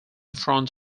front